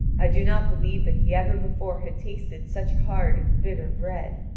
i do not believe that he ever before had tasted such hard and bitter bread.